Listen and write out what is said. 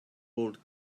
old